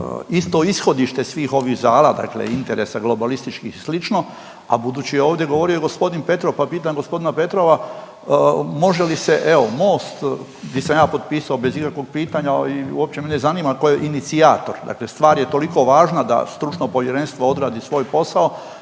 isto ishodište svih ovih zala, dakle interesa globalističkih i sl., a budući je ovdje govorio i g. Petrov, pa pitam g. Petrova može li se evo Most di sam ja potpisao bez ikakvog pitanja i uopće me ne zanima ko je inicijator, dakle stvar je toliko važna da stručno povjerenstvo odradi svoj posao,